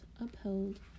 upheld